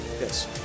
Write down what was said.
Yes